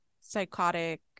psychotic